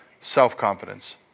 self-confidence